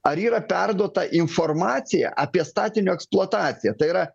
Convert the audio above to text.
ar yra perduota informacija apie statinio eksploataciją tai yra